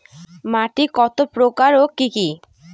মাটি কতপ্রকার ও কি কী?